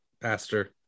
pastor